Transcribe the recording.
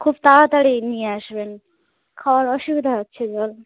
খুব তাড়াতাড়ি নিয়ে আসবেন খাবার অসুবিধা হচ্ছে জল